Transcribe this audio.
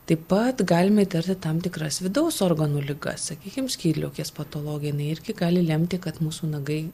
taip pat galim įtarti tam tikras vidaus organų ligas sakykim skydliaukės patologija jinai irgi gali lemti kad mūsų nagai